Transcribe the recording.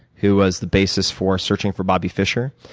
who was the basis for searching for bobby fisher,